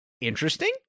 interesting